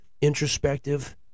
introspective